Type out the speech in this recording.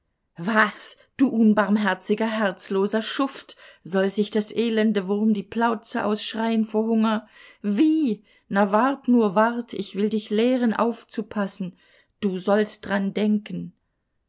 was du unbarmherziger herzloser schuft soll sich das elende wurm die plautze ausschreien vor hunger wie na wart nur wart ich will dich lehren aufpassen du sollst dran denken